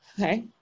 Okay